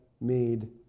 made